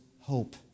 hope